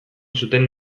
zuten